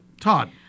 Todd